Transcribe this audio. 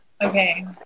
Okay